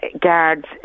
guards